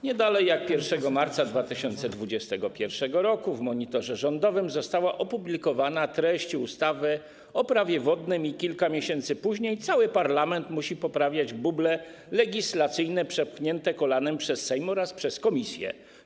Nie dalej jak 1 marca 2021 r. w monitorze rządowym została opublikowana treść ustawy o Prawie wodnym i kilka miesięcy później cały parlament musi poprawiać buble legislacyjne przepchnięte kolanem przez Sejm oraz przez komisje.